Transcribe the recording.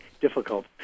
difficult